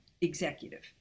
executive